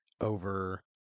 over